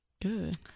good